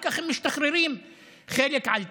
200 מיליון השקלים מתחילים לעבור בימים הקרובים.